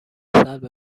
سلب